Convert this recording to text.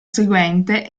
seguente